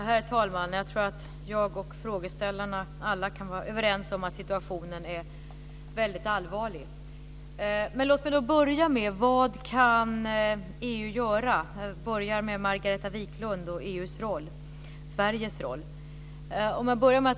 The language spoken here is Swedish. Herr talman! Jag och alla frågeställare kan nog vara överens om att situationen är väldigt allvarlig. Låt mig börja med frågan vad EU kan göra. Margareta Viklund tog upp EU:s och Sveriges roll.